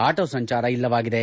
auto ಸಂಚಾರ ಇಲ್ಲವಾಗಿದೆ